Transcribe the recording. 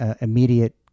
immediate